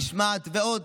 משמעת ועוד.